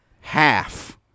half